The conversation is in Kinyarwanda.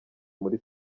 muri